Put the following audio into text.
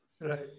right